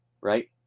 Right